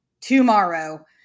tomorrow